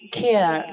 care